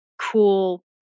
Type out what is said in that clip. cool